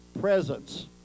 presence